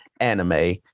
anime